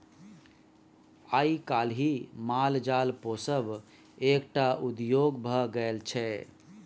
आइ काल्हि माल जाल पोसब एकटा उद्योग भ गेल छै